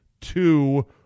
two